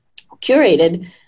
curated